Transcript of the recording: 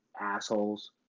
assholes